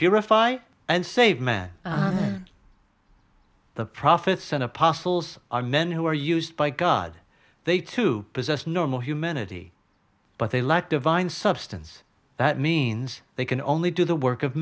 purify and save man the prophets and apostles are men who are used by god they too possess normal human a d but they lack divine substance that means they can only do the work of